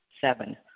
Seven